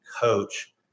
coach